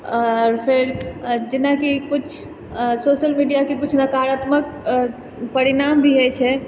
आओर फेर जेनाकि कुछ सोशल मिडियाके कुछ नकारात्मक परिणाम भी होइ छै